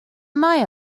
mae